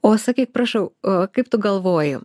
o sakyk prašau o kaip tu galvoji